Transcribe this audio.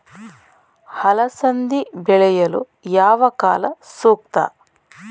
ಅಲಸಂದಿ ಬೆಳೆಯಲು ಯಾವ ಕಾಲ ಸೂಕ್ತ?